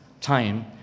time